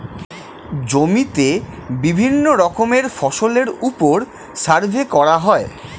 জমিতে বিভিন্ন রকমের ফসলের উপর সার্ভে করা হয়